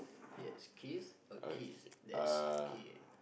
yes a kith a kith that's kith